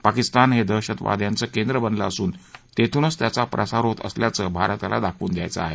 पाकिस्तान हे दहशतवाद्याच केंद्र बनल असून तेथूनच त्याचा प्रसार होत असल्याचं भारताला दाखवून द्यायचं आहे